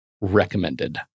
recommended